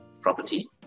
property